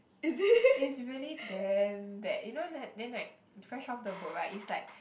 it's really damn bad you know like then like Fresh off the Boat right is like